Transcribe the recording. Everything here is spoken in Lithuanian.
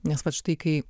nes vat štai kai